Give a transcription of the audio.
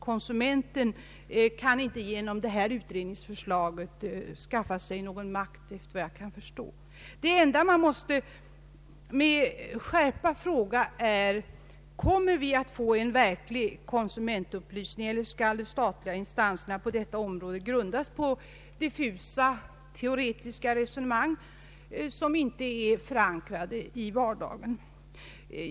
Konsumenten kan inte genom detta utredningsförslag, såvitt jag kan förstå, skaffa sig någon makt. Man måste med skärpa fråga: Kommer vi att få en verklig konsumentupplysning, eller skall de statliga instanserna på detta område grundas på diffusa teoretiska resonemang som inte är förankrade i vardagen?